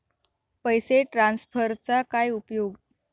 पैसे ट्रान्सफरचा काय उपयोग?